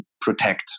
protect